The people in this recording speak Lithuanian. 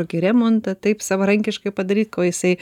kokį remontą taip savarankiškai padaryti ko jisai